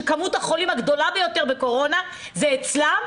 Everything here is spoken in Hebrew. כמות החולים הגדולה ביותר בקורונה אצלם,